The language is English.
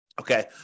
okay